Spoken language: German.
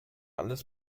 alles